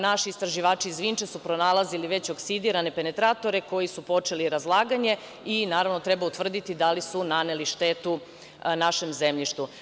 Naši istraživači iz Vične su pronalazili već oksidirane penatratore koji su počeli razlaganje i naravno treba utvrditi da li su naneli štetu našem zemljištu.